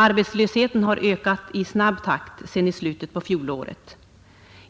Arbetslösheten har ökat i snabb takt sedan i slutet på fjolåret.